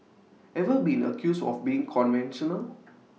ever been accused of being conventional